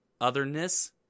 otherness